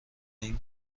این